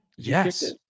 yes